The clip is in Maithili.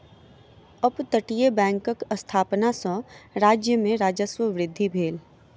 अपतटीय बैंकक स्थापना सॅ राज्य में राजस्व वृद्धि भेल